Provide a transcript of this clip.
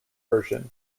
version